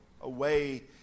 away